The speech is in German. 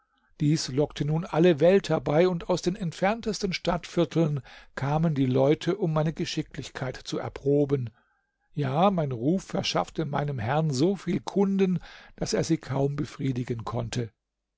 dies lockte nun alle welt herbei und aus den entferntesten stadtvierteln kamen die leute um meine geschicklichkeit zu erproben ja mein ruf verschaffte meinem herrn so viel kunden daß er sie kaum befriedigen konnte